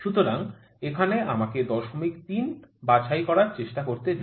সুতরাংএখানে আমাকে ০৩ বাছাই করার চেষ্টা করতে দিন